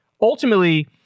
ultimately